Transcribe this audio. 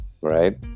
right